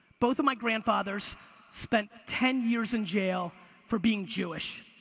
both of my grandfathers spent ten years in jail for being jewish.